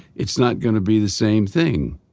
it's not going to be the same thing.